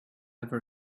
ever